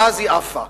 ואז היא עפה.